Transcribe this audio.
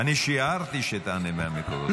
אני שיערתי שתענה מהמקורות.